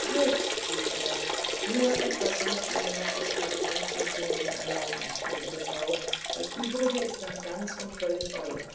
halt rief er nur etwas müßt ihr mir noch aus meinem ränzchen zu nehmen erlauben gnädige frau das übrige ist dann ganz und völlig euer